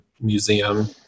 Museum